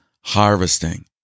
harvesting